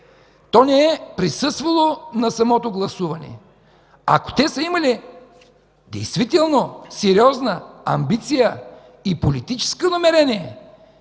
То не е присъствало на самото гласуване. Ако те са имали действително сериозна амбиция и политическо намерение